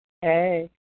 Hey